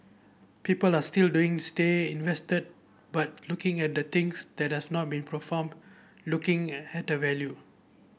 people are still looking stay invested but looking at the things that does not be performed looking at the value